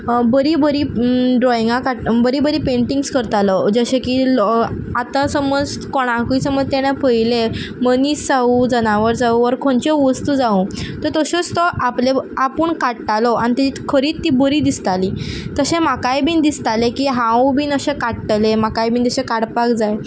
बरीं बरीं ड्रॉइंगां काड बरीं बरीं पेंटिंग्स करतालो जशें की लो आतां समज कोणाकूय समज तेनें पयलें मनीस जावूं जनावर जावूं ऑर खोंचे वोस्तू जावूं तो तश्योच तो आपले आपूण काडटालो आन तींत खरींत तीं बरीं दिसतालीं तशें म्हाकाय बीन दिसतालें की हांव बीन अशें काडटलें म्हाकाय बीन तशें काडपाक जाय